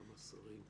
כמה שרים.